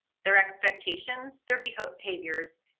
their expectations, their behaviors,